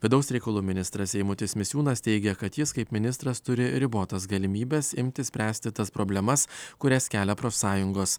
vidaus reikalų ministras eimutis misiūnas teigia kad jis kaip ministras turi ribotas galimybes imti spręsti tas problemas kurias kelia profsąjungos